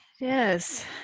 Yes